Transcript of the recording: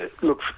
look